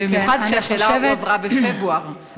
במיוחד כשהשאלה הועברה בפברואר,